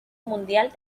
mundial